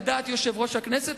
על דעת יושב-ראש הכנסת,